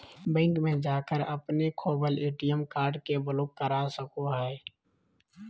bank में जाकर अपने खोवल ए.टी.एम कार्ड के ब्लॉक करा सको हइ